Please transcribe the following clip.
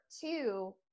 two